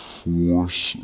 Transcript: force